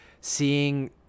seeing